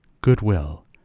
Goodwill